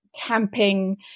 camping